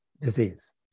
disease